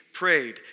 prayed